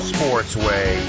Sportsway